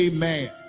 Amen